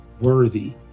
worthy